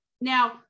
now